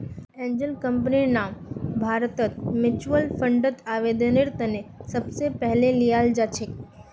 angel कम्पनीर नाम भारतत म्युच्युअल फंडर आवेदनेर त न सबस पहले ल्याल जा छेक